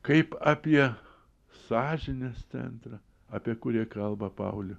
kaip apie sąžinės centrą apie kurį kalba pauliu